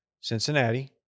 Cincinnati